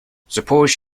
suppose